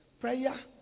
prayer